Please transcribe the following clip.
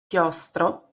chiostro